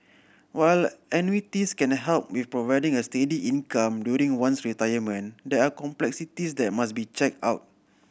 while annuities can help with providing a steady income during one's retirement there are complexities that must be checked